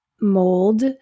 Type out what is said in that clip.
mold